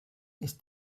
ist